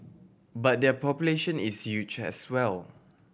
but their population is huge as well